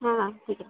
हाँ ठीक है